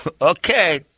Okay